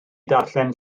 darllen